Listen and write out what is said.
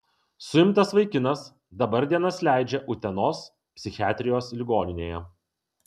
suimtas vaikinas dabar dienas leidžia utenos psichiatrijos ligoninėje